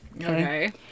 okay